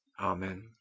Amen